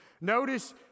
Notice